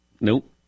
Nope